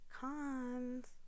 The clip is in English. cons